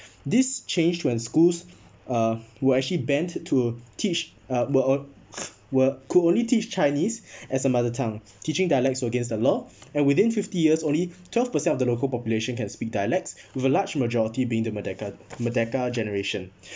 this changed when schools uh were actually bent to teach uh were were could only teach chinese as a mother tongue teaching dialects were against the law and within fifty years only twelve percent of the local population can speak dialects with a large majority being the merdeka merdeka generation